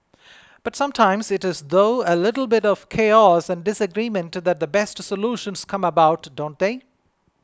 but sometimes it is through a little bit of chaos and disagreement that the best solutions come about don't they